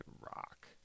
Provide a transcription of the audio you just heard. rock